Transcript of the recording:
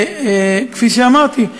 וכפי שאמרתי,